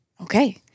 okay